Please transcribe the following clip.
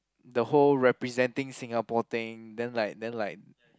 the whole representing Singapore thing then like then like